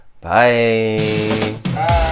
bye